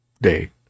day